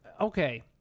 Okay